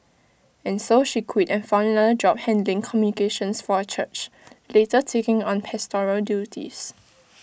and so she quit and found another job handling communications for A church later taking on pastoral duties